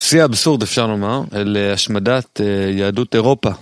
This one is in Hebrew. שיא אבסורד אפשר לומר, להשמדת יהדות אירופה.